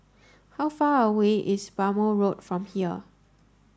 how far away is Bhamo Road from here